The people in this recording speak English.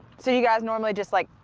so you guys normally just like,